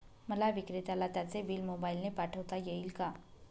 मला विक्रेत्याला त्याचे बिल मोबाईलने पाठवता येईल का?